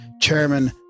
Chairman